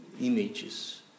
images